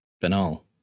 banal